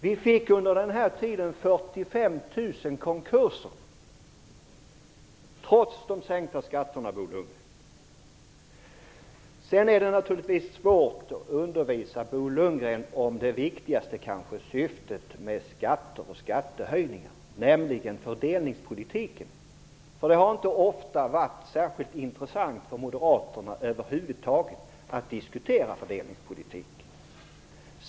Vi fick under denna tid Det är naturligtvis svårt att undervisa Bo Lundgren om det viktigaste syftet med skatter och skattehöjningar, nämligen att bedriva fördelningspolitik. Det har inte ofta varit särskilt intressant för moderaterna att över huvud taget diskutera fördelningspolitik.